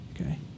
okay